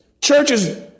Churches